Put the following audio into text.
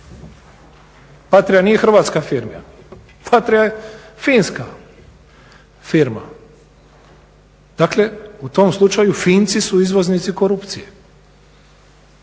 Patria nije hrvatska firma, Patria je finska firma. Dakle, u tom slučaju Finci su izvoznici korupcije.